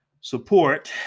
support